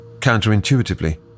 Counterintuitively